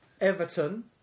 Everton